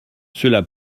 cela